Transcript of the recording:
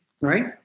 Right